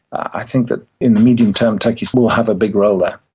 i think that in the medium term turkey will have a big role there.